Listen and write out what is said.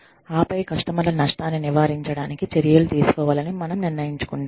ఆపై కస్టమర్ల నష్టాన్ని నివారించడానికి చర్యలు తీసుకోవాలని మనం నిర్ణయించుకుంటాము